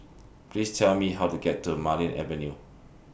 Please Tell Me How to get to Marlene Avenue